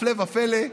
הפלא ופלא,